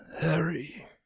Harry